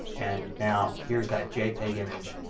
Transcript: and now here's that jpeg image.